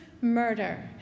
murder